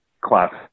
class